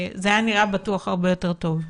זה היה נראה בטוח הרבה יותר טוב.